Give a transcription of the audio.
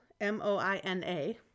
M-O-I-N-A